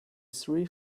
three